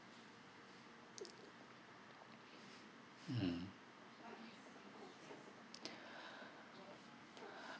mmhmm